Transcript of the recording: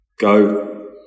go